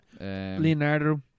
Leonardo